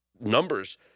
numbers